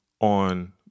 on